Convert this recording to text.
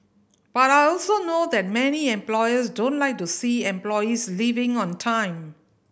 but I also know that many employers don't like to see employees leaving on time